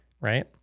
Right